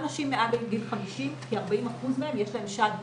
החל מלכל אורך המחצית השניה של המאה הקודמת,